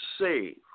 save